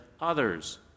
others